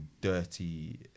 dirty